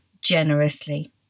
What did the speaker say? generously